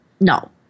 no